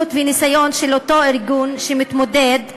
וניסיון של אותו ארגון שמתמודד במכרזים.